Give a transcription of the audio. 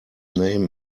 name